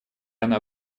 она